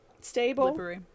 stable